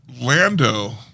Lando